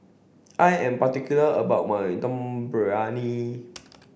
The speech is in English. I am particular about my Dum Briyani